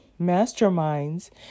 masterminds